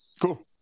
cool